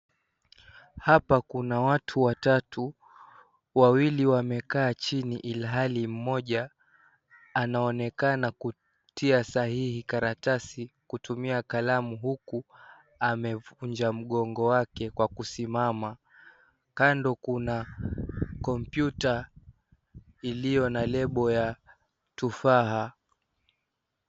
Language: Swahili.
Hapa kuna watu watatu, wawili wamekaa chini ilhali mmoja anaonekana kutia sahihi karatasi kutumia kalamu huku amevunja mgongo wake kwa kusimama, kando kuna computer iliyo na lebo ya tufaha.